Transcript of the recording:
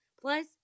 plus